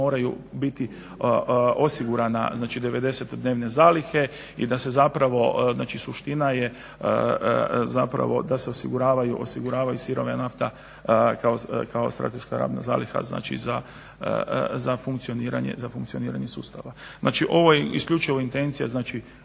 moraju biti osigurane znači 90-dnevne zalihe i da se zapravo, znači suština je zapravo da se osiguravaju sirova nafta kao strateška … zaliha, znači za funkcioniranje sustava. Znači ovo je isključivo intencija znači